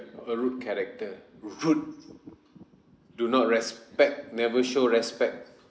a rude character rude do not respect never show respect